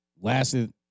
lasted